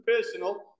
personal